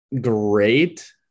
great